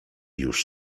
już